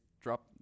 drop